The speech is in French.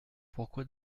pourquoi